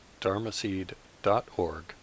dharmaseed.org